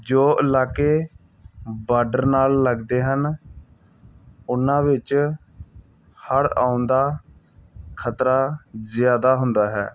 ਜੋ ਇਲਾਕੇ ਬਾਡਰ ਨਾਲ ਲੱਗਦੇ ਹਨ ਉਨ੍ਹਾਂ ਵਿੱਚ ਹੜ੍ਹ ਆਉਣ ਦਾ ਖ਼ਤਰਾ ਜ਼ਿਆਦਾ ਹੁੰਦਾ ਹੈ